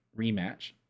rematch